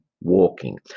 Walking